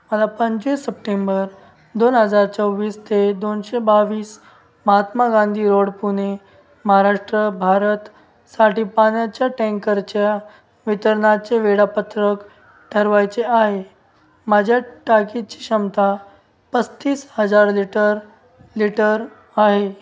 मला पंचवीस सप्टेंबर दोन हजार चोवीस ते दोनशे बावीस महात्मा गांधी रोड पुणे महाराष्ट्र भारतसाठी पाण्याच्या टँकरच्या वितरणाचे वेळापत्रक ठरवायचे आहे माझ्या टाकीची क्षमता पस्तीस हजार लिटर लिटर आहे